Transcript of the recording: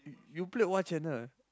you played what channel